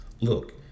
Look